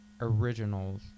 originals